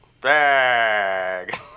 Bag